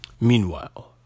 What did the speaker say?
Meanwhile